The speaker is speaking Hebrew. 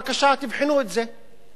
בבקשה, תבחנו את זה.